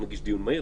נגיש דיון מהיר,